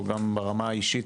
גם ברמה האישית,